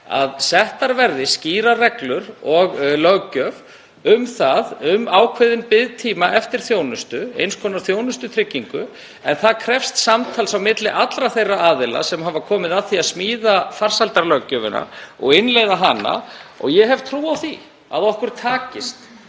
að settar verði skýrar reglur og löggjöf um ákveðinn biðtíma eftir þjónustu, eins konar þjónustutryggingu. Það krefst samtals á milli allra þeirra aðila sem hafa komið að því að smíða farsældarlöggjöfina og innleiða hana. Ég hef trú á því að okkur takist